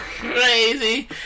crazy